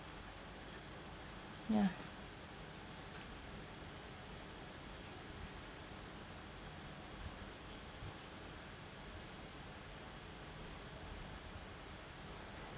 ya